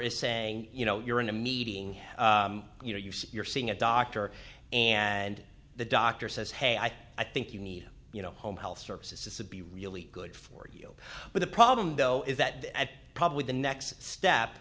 is saying you know you're in a meeting you know you say you're seeing a doctor and the doctor says hey i i think you need you know home health services disobey really good for you but the problem though is that probably the next st